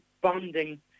bonding